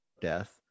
death